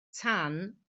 tan